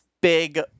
big